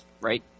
right